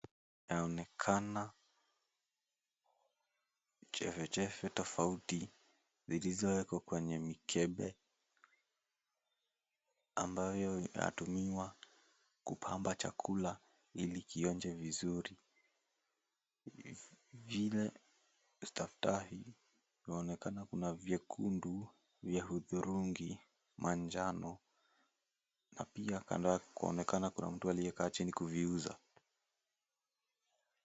Kunaonekana chefechefe tofauti zilizoekwa kwenye mikebe ambayo inatumiwa kupamba chakula ili kionje vizuri vile staftahi inaonekana kuna vyekundu, vya hudhurungi, manjano na pia kando yake kuonekana kuna mtu aliyekaa chini kuviuza.